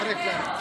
אין גבול.